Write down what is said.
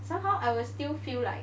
somehow I will still feel like